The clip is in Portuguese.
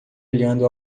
olhando